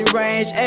range